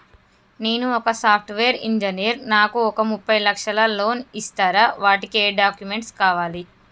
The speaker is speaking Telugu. నేను ఒక సాఫ్ట్ వేరు ఇంజనీర్ నాకు ఒక ముప్పై లక్షల లోన్ ఇస్తరా? వాటికి ఏం డాక్యుమెంట్స్ కావాలి?